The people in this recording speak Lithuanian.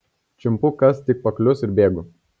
čiumpu kas tik paklius ir bėgu